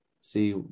see